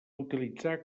utilitzar